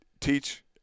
teach